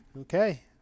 Okay